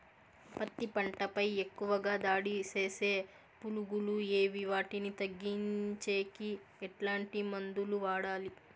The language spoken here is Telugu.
పత్తి పంట పై ఎక్కువగా దాడి సేసే పులుగులు ఏవి వాటిని తగ్గించేకి ఎట్లాంటి మందులు వాడాలి?